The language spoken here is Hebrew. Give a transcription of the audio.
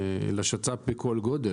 שצ"פ בכל גודל.